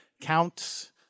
counts